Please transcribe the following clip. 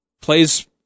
plays